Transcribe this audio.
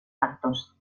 actos